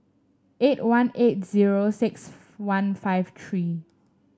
eight one eight zero six one five three